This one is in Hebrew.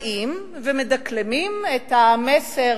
באים ומדקלמים את המסר